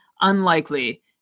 unlikely